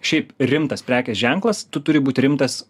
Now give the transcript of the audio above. šiaip rimtas prekės ženklas tu turi būt rimtas